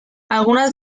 algunas